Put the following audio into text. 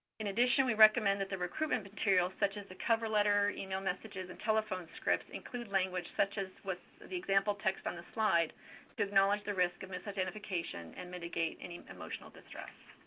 in addition, we recommend that the recruitment materials, such as the cover letter, email messages, and telephone scripts include language such as what the example text on the slide to acknowledge the risk of misidentification and mitigate any emotional distress.